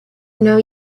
know